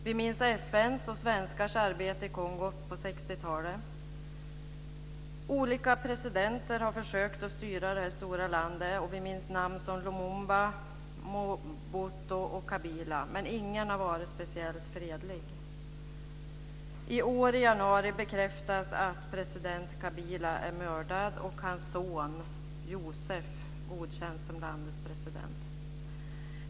Vi minns FN:s och svenskars arbete i Kongo på 60-talet. Olika presidenter har försökt att styra det här stora landet. Vi minns namn som Lumumba, Mobuto och Kabila. Ingen har varit speciellt fredlig. I januari i år bekräftas att president Kabila mördats och att hans son Joseph godkänns som landets president.